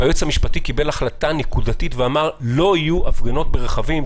והיועץ המשפטי קיבל החלטה נקודתית ואמר: לא יהיו הפגנות ברכבים,